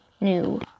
new